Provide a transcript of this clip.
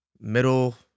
middle